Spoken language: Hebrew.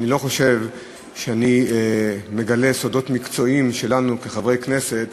אני לא חושב שאני מגלה סודות מקצועיים שלנו כחברי כנסת